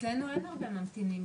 אצלנו אין הרבה ממתינים.